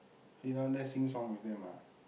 sit down there sing song with them ah